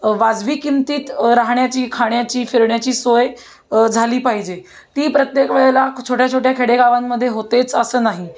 वाजवी किमतीत राहण्याची खाण्याची फिरण्याची सोय झाली पाहिजे ती प्रत्येक वेळेला छोट्या छोट्या खेडेगावांमध्ये होतेच असं नाही